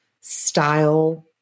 style